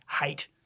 hate